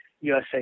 USA